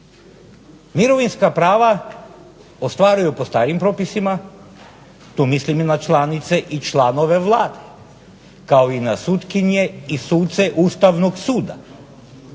mirovinska prava ostvaruju po starim propisima, tu mislim i na članice i članove Vlade, kao i na sutkinje i suce Ustavnog suda,